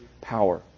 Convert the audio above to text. power